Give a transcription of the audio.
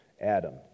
Adam